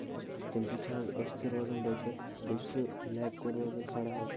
تمہِ سۭتۍ چھِ حظ أچھ تہِ روزان بٔچِتھ بیٚیہِ چھُ سُہ لبہِ کُن روزان کھڑا حظ